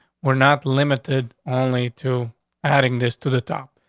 we're not limited onley to adding this to the top.